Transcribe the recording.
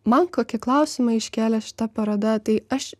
man kokį klausimą iškėlė šita paroda tai aš